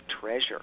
treasure